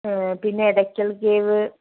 പിന്നെ എടക്കൽ കേവ്